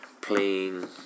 Playing